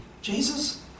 Jesus